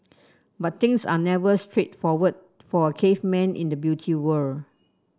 but things are never straightforward for a caveman in the Beauty World